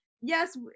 yes